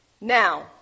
Now